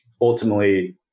ultimately